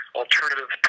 alternative